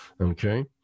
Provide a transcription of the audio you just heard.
okay